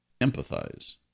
empathize